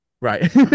right